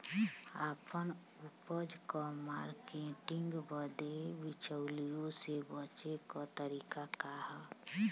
आपन उपज क मार्केटिंग बदे बिचौलियों से बचे क तरीका का ह?